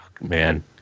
Man